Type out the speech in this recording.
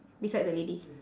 beside the lady